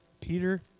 Peter